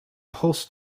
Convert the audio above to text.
pulse